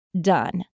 done